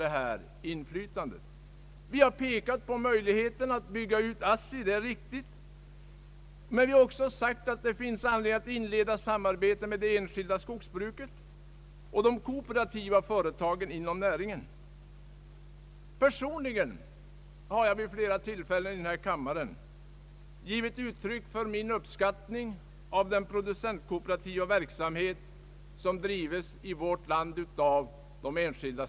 Det är riktigt att vi har pekat på möjligheterna att bygga ut ASSI, men vi har också framhållit att det finns anledning att inleda samarbete med det enskilda skogsbruket och de kooperativa företagen inom näringen. Personligen har jag vid flera tillfällen i denna kammare givit uttryck för min uppskattning av den konsumentkooperativa verksamhet som de enskilda skogsägarna bedriver i vårt land.